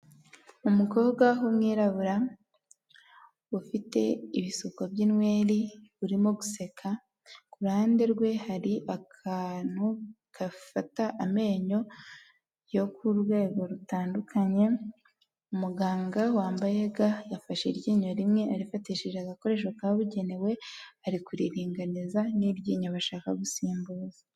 Umukobwa w'umwirabura ufite ibisuko by'inweri urimo guseka, kuruhande rwe hari akantu gafata amenyo yo ku rwego rutandukanye, umuganga wambayega yafashe iryinyo rimwe arifatishije agakoresho kabugenewe ari kuriringaniza n'iryinyo bashaka gusimbuza.